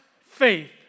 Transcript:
faith